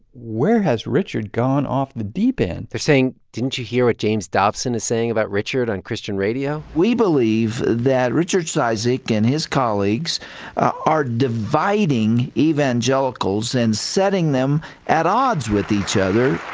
where has richard gone off the deep end? they're saying, didn't you hear what james dobson is saying about richard on christian radio? we believe that richard cizik and his colleagues are dividing evangelicals and setting them at odds with each other